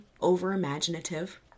over-imaginative